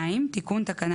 תיקון תקנה